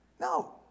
No